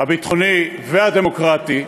הביטחוני והדמוקרטי,